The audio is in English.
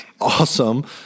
awesome